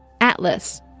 Atlas